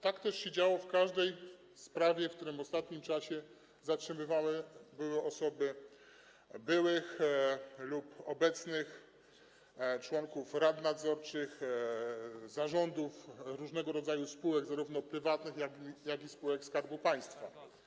Tak też się działo w każdej sprawie, w przypadku której w ostatnim czasie zatrzymywano byłych lub obecnych członków rad nadzorczych, zarządów różnego rodzaju spółek, zarówno prywatnych, jak i spółek Skarbu Państwa.